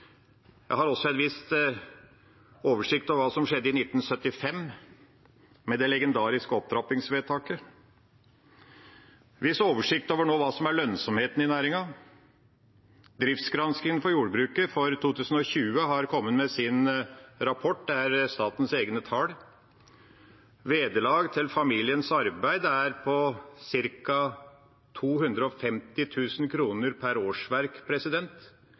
Jeg har også en viss oversikt over hva som skjedde i 1975, med det legendariske opptrappingsvedtaket, og jeg har en viss oversikt over hva som nå er lønnsomheten i næringen. Driftsgranskingene i jordbruket for 2020 har kommet med sin rapport. Det er statens egne tall. Vederlag til familiens arbeid er på ca. 250 000 kr per årsverk